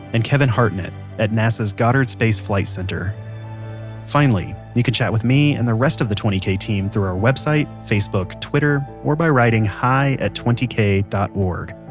and kevin hartnett at nasa's goddard space flight center finally, you can chat with me and the rest of the twenty k team through our website, facebook, twitter or by writing hi at twenty k dot org.